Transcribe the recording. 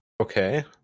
Okay